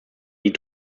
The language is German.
die